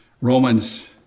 Romans